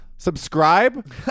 Subscribe